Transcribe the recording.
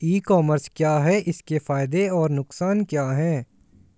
ई commerce क्या है इसके फायदे और नुकसान क्या है?